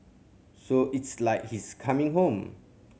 so It's like he's coming home